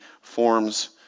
forms